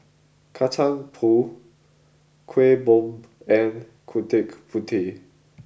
Kacang Pool Kueh Bom and Gudeg Putih